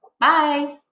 Bye